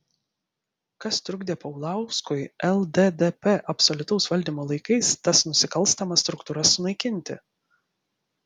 kas trukdė paulauskui lddp absoliutaus valdymo laikais tas nusikalstamas struktūras sunaikinti